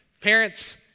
Parents